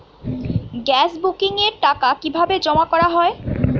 Gas বুকিংয়ের টাকা কিভাবে জমা করা হয়?